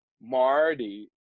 marty